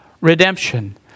redemption